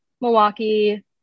Milwaukee